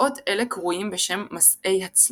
מסעות אלה קרויים בשם הכולל